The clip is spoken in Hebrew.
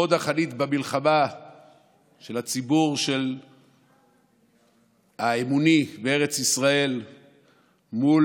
שהיה דרך אגב חוד החנית במלחמה של הציבור האמוני בארץ ישראל מול